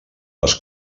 les